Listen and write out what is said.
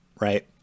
right